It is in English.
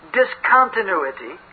discontinuity